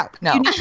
no